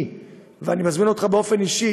ואני מזמין אותך באופן אישי,